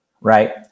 right